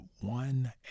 one